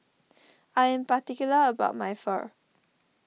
I am particular about my Pho